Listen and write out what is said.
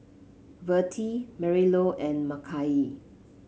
Vertie Marylou and Makai